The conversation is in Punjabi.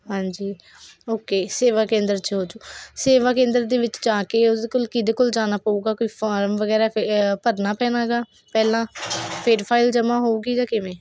ਹਾਂਜੀ ਓਕੇ ਸੇਵਾ ਕੇਂਦਰ 'ਚ ਹੋਜੂ ਸੇਵਾ ਕੇਂਦਰ ਦੇ ਵਿੱਚ ਜਾ ਕੇ ਉਹਦੇ ਕੋਲ ਕਿਹਦੇ ਕੋਲ ਜਾਣਾ ਪਊਗਾ ਕੋਈ ਫਾਰਮ ਵਗੈਰਾ ਫਿ ਭਰਨਾ ਪੈਣਾ ਗਾ ਪਹਿਲਾਂ ਫਿਰ ਫਾਈਲ ਜਮ੍ਹਾਂ ਹੋਊਗੀ ਜਾਂ ਕਿਵੇਂ